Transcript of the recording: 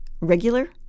regular